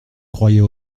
croyais